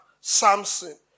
Samson